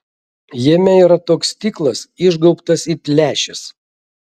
jame yra toks stiklas išgaubtas it lęšis